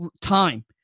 time